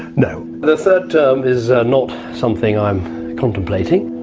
no. the third term is not something i'm contemplating.